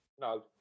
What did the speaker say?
no